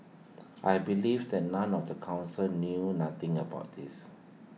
I believe that none of the Council knew nothing about this